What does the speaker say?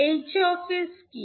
𝐻 𝑠 কী